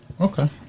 Okay